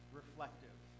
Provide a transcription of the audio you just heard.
reflective